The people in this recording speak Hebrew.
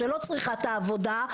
שלא צריכה את העבודה,